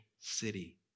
city